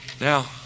Now